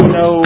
no